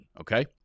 okay